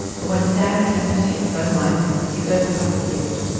but when stan attempts to take his own life, he's overcome with guilt.